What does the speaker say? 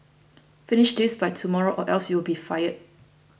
finish this by tomorrow or else you'll be fired